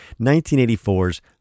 1984's